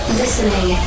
listening